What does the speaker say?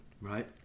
Right